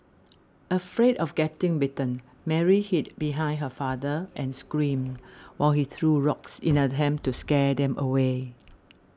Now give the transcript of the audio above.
afraid of getting bitten Mary hid behind her father and screamed while he threw rocks in an attempt to scare them away